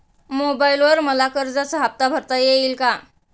मोबाइलवर मला कर्जाचा हफ्ता भरता येईल का?